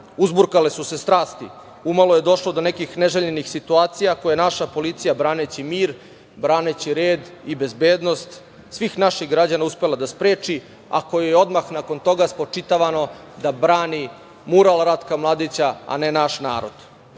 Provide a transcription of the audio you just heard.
uzburkale su se strasti. Umalo je došlo do nekih neželjenih situacija, koje je naša policija, braneći mir, braneći red i bezbednost svih naših građana, uspela da spreči, a kojoj je odmah nakon toga spočitavano da brani mural Ratka Mladića, a ne naš narod. Odmah